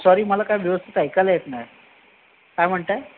sorry मला काय व्यवस्थित ऐकायला येतं नाही काय म्हणताय